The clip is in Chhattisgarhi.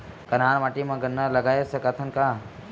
कन्हार माटी म गन्ना लगय सकथ न का?